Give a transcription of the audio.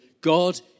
God